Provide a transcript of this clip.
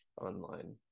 online